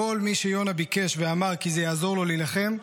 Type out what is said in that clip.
כל מי שיונה ביקש ואמר כי זה יעזור לו להילחם,